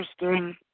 interesting